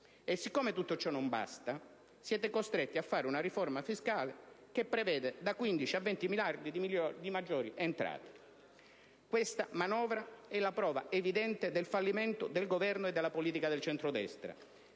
Siccome tutto ciò non basta, siete costretti a fare una riforma fiscale che prevede da 15 a 20 miliardi di maggiori entrate. Questa manovra è la prova evidente del fallimento del Governo e della politica del centrodestra.